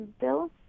Bill